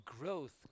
growth